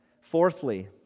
Fourthly